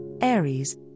Aries